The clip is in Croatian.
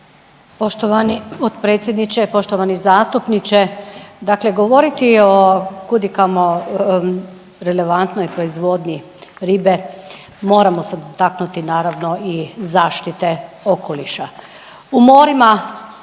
Poštovani potpredsjedniče, poštovani zastupniče dakle govoriti o kudikamo relevantnoj proizvodnji ribe, moramo se dotaknuti naravno i zaštite okoliša.